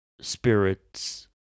spirits